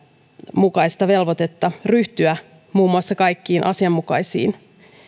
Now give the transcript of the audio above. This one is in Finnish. mukaista velvoitetta ryhtyä muun muassa kaikkiin asianmukaisiin